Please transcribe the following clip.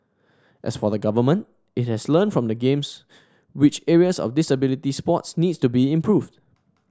as for the government it has learnt from the Games which areas of disability sports need to be improved